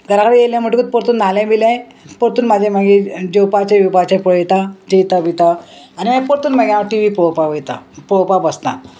घरा कडेन येयलें म्हणटकूच परतून न्हालें बिलें परतून म्हाजें मागीर जेवपाचें येवपाचें पळयता जेता बियता आनी हांवें परतून मागीर हांव टी वी पळोवपाक वयता पळोवपा बसतां